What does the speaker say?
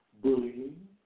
bullying